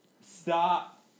Stop